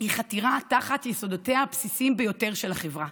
היא חתירה תחת יסודותיה הבסיסיים ביותר של החברה.